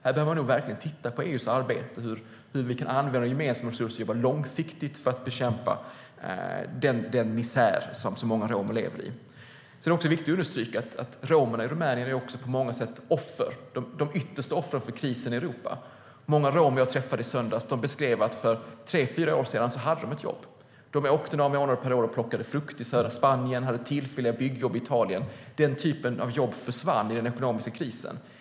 Här behöver man nog verkligen titta på EU:s arbete, på hur vi kan använda våra gemensamma resurser och jobba långsiktigt för att bekämpa den misär som så många romer lever i. Sedan är det också viktigt att understryka att romerna i Rumänien på många sätt är offer - de yttersta offren för krisen i Europa. Många romer jag träffade i söndags beskrev att de hade jobb för tre fyra år sedan. De åkte några månader per år och plockade frukt i södra Spanien eller hade tillfälliga byggjobb i Italien. Den typen av jobb försvann i den ekonomiska krisen.